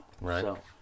Right